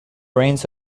reigns